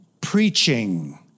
preaching